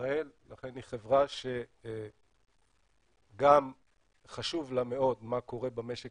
בישראל ולכן זו חברה שגם חשוב לה מאוד מה קורה במשק